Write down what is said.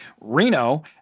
Reno